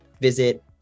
visit